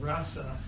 Rasa